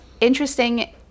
interesting